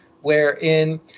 wherein